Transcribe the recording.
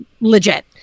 legit